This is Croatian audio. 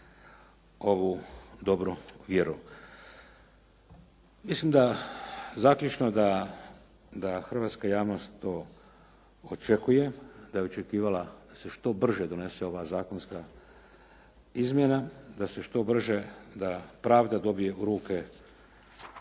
ovu dobru vjeru. Mislim da zaključno da hrvatska javnost to očekuje, da je očekivala da se što brže donese ova zakonska izmjena, da se što brže, da pravda dobije u ruke taj